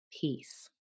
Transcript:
peace